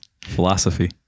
philosophy